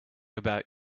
about